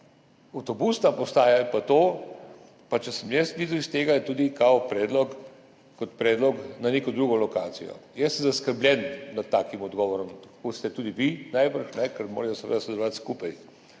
avtobusna postaja je pa to, pa če sem jaz videl iz tega, je tudi kot predlog za neko drugo lokacijo. Jaz sem zaskrbljen nad takim odgovorom, kot ste tudi vi, najbrž, ker morajo seveda sodelovati skupaj.